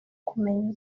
kumenya